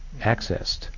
accessed